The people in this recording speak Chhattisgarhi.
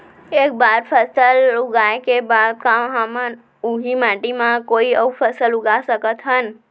एक बार फसल उगाए के बाद का हमन ह, उही माटी मा कोई अऊ फसल उगा सकथन?